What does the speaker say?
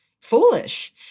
foolish